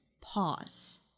pause